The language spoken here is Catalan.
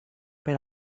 per